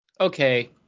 okay